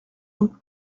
nous